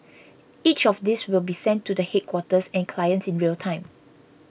each of these will be sent to the headquarters and clients in real time